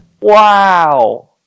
wow